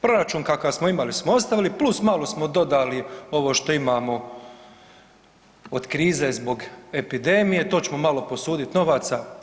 Proračun kakav smo imali smo ostavili + malo smo dodali ovo što imamo od krize zbog epidemije, to ćemo malo posudit novaca.